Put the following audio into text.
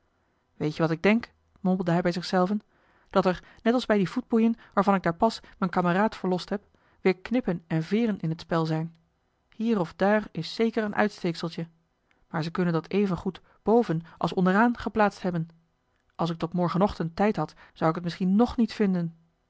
weet-je wat ik denk mompelde hij bij zich zelven dat er net als bij die voetboeien waarvan ik daar pas m'n kameraad verlost heb weer knippen en veeren in het spel zijn hier of daar is zeker een uitsteekseltje maar ze kunnen dat evengoed bovenals onderaan geplaatst hebben als ik tot morgenochtend tijd had zou ik het misschien ng niet vinden